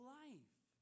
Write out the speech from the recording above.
life